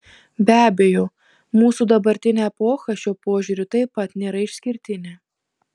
be abejo mūsų dabartinė epocha šiuo požiūriu taip pat nėra išskirtinė